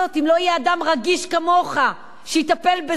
אם לא יהיה אדם רגיש כמוך שיטפל בזה,